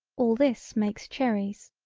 all this makes cherries.